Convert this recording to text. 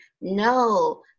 No